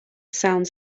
sounds